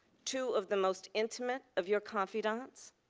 two of the most intimate of your confidants.